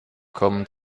kommen